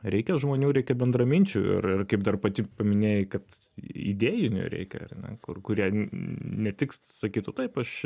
reikia žmonių reikia bendraminčių ir kaip dar pati paminėjai kad idėjinių reikia ar ne kur kurie ne tik sakytų taip aš